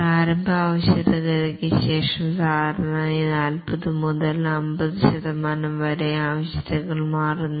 പ്രാരംഭ ആവശ്യകതയ്ക്ക് ശേഷം സാധാരണയായി 40 മുതൽ 50 ശതമാനം വരെ ആവശ്യകതകൾ മാറുന്നു